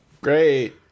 Great